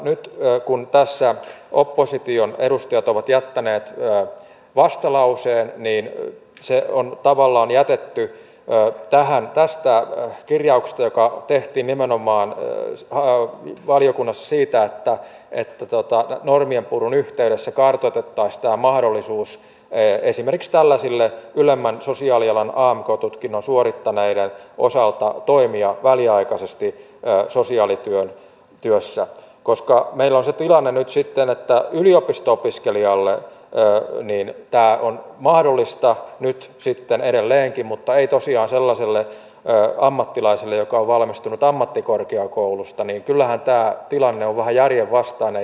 nyt kun tässä opposition edustajat ovat jättäneet vastalauseen se on tavallaan jätetty tähän tästä kirjauksesta joka tehtiin valiokunnassa nimenomaan siitä että normien purun yhteydessä kartoitettaisiin mahdollisuus esimerkiksi tällaisten ylemmän sosiaalialan amk tutkinnon suorittaneiden osalta toimia väliaikaisesti sosiaalityössä koska meillä on se tilanne että yliopisto opiskelijalle tämä on mahdollista nyt sitten edelleenkin mutta ei tosiaan sellaiselle ammattilaiselle joka on valmistunut ammattikorkeakoulusta ja kyllähän tämä tilanne on vähän järjenvastainen